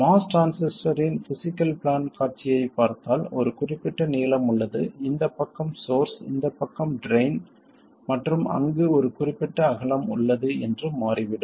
MOS டிரான்சிஸ்டரின் physics plan காட்சியைப் பார்த்தால் ஒரு குறிப்பிட்ட நீளம் உள்ளது இந்தப் பக்கம் சோர்ஸ் இந்தப் பக்கம் ட்ரைன் மற்றும் அங்கு ஒரு குறிப்பிட்ட அகலம் உள்ளது என்று மாறிவிடும்